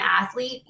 athlete